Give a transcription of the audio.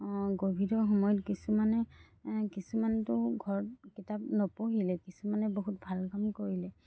ক'ভিডৰ সময়ত কিছুমানে কিছুমানটো ঘৰত কিতাপ নপঢ়িলে কিছুমানে বহুত ভাল কাম কৰিলে